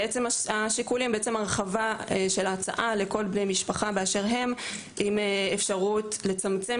גם הרחבה של ההצעה לכל בני המשפחה באשר הם עם אפשרות לצמצם